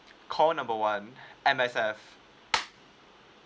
call number one M_S_F